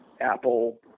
Apple